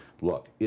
look